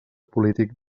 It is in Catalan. polític